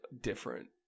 different